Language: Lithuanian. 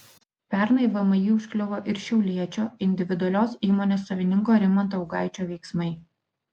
pernai vmi užkliuvo ir šiauliečio individualios įmonės savininko rimanto augaičio veiksmai